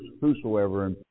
whosoever